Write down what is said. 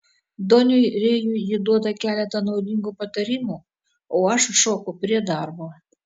doniui rėjui ji duoda keletą naudingų patarimų o aš šoku prie darbo